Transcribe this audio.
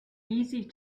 easy